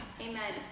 amen